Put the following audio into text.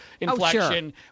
inflection